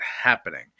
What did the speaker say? happening